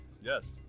Yes